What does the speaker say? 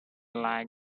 lag